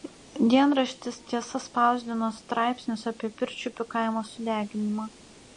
dienraštis tiesa spausdino straipsnius apie pirčiupių kaimo sudeginimą